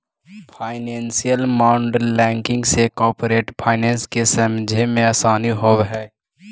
financial modelling से corporate finance के समझे मेंअसानी होवऽ हई